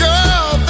Girl